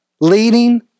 leading